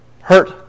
hurt